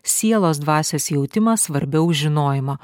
sielos dvasios jautimas svarbiau žinojimo